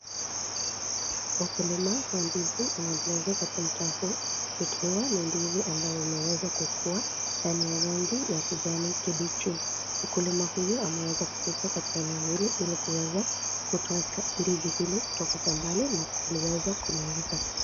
Ukulima wa ndizi unaendelezwa katika mtaa huu ikiwa ni ndizi ambayo imeweza kukua na ni ya rangi ya kijani kibichi mkulima huyu ameweza kufika katika eneo hili ili kuweza kutoa ndizi hili kutoka shambani na kuliweza kuliuza.